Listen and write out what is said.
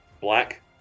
Black